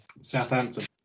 Southampton